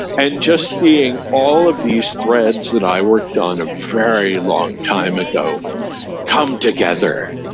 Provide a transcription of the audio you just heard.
and just seeing all of these threads that i worked on a very long time ago come together.